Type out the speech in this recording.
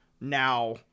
now